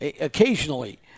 occasionally